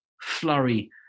flurry